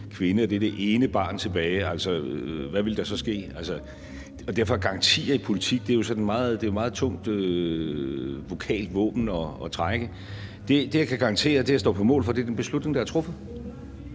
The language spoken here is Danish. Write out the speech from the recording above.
dette ene barn tilbage, hvad ville der så ske? Derfor er garantier i politik jo sådan et meget tungt vokalt våben at trække. Det, jeg kan garantere, det, jeg står på mål for, er den beslutning, der er truffet.